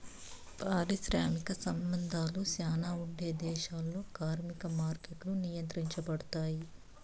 పారిశ్రామిక సంబంధాలు శ్యానా ఉండే దేశాల్లో కార్మిక మార్కెట్లు నియంత్రించబడుతాయి